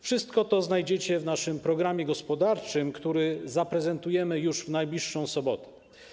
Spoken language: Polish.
Wszystko to znajdziecie w naszym programie gospodarczym, który zaprezentujemy już w najbliższą sobotę.